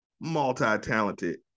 Multi-talented